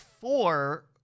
four